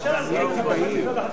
אשר על כן, לבקשת משרד החקלאות,